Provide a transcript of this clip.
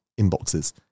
inboxes